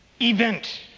event